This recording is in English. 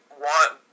want